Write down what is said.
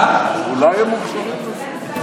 אולי הם מוכשרים לזה.